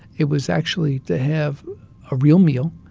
it was actually to have a real meal,